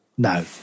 No